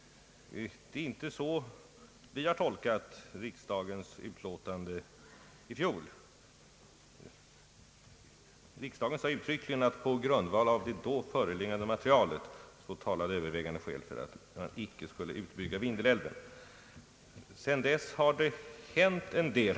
Det är inte så vi har tolkat riksdagens uttalande i fjol. Riksdagen sade uttryckligen att på grundval av det då föreliggande materialet talade övervägande skäl för att man icke skulle utbygga Vindelälven. Sedan dess har det hänt en del.